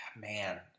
man